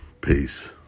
Peace